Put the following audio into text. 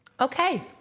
Okay